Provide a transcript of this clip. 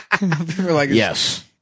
Yes